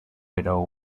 pero